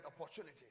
opportunity